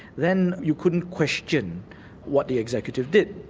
then you couldn't question what the executive did,